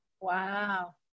Wow